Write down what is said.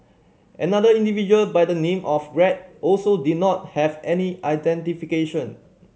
another individual by the name of Greg also did not have any identification